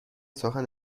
سخن